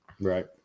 right